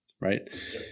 Right